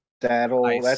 That'll